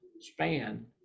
span